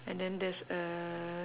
and then there's a